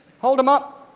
hold them up!